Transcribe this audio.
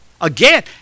Again